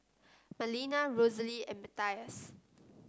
Marlena Rosalee and Mathias